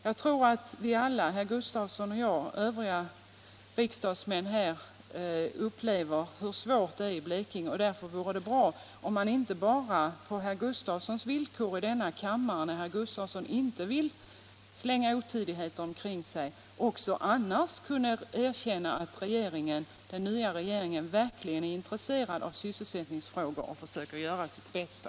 Jag tror att vi alla, herr Gustafsson och jag och övriga riksdagsmän här, upplever hur svårt det är i Blekinge. Därför vore det bra om man kunde diskutera inte bara på herr Gustafssons villkor i denna kammare — när herr Gustafsson nu inte vill slänga otidigheter omkring sig — och erkänna både häroch i andra sammanhang att den nya regeringen verkligen är intresserad av sysselsättningsfrågorna och försöker göra sitt bästa.